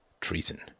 treason